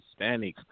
Hispanics